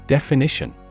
Definition